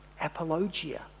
apologia